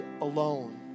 alone